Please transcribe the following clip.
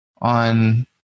on